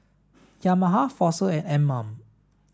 Yamaha Fossil and Anmum